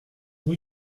rue